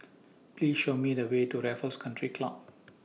Please Show Me The Way to Raffles Country Club